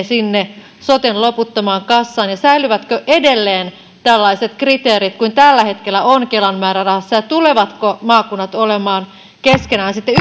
sinne soten loputtomaan kassaan ja säilyvätkö edelleen tällaiset kriteerit kuin tällä hetkellä on kelan määrärahassa ja tulevatko maakunnat olemaan keskenään sitten